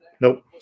Nope